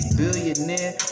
billionaire